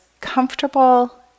comfortable